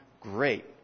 great